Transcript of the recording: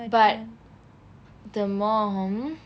but the mom